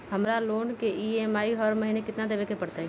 हमरा लोन के ई.एम.आई हर महिना केतना देबे के परतई?